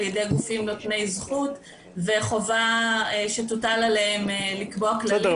ידי גופים נותני זכות וחובה שתוטל עליהם לקבוע כללים.